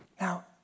Now